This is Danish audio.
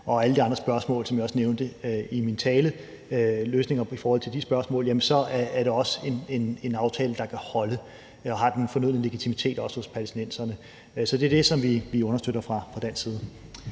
på alle de andre spørgsmål, som jeg også nævnte i min tale, så er det også en aftale, der kan holde, og som har den fornødne legitimitet også hos palæstinenserne. Så det er det, som vi understøtter fra dansk side.